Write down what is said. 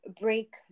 break